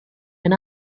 when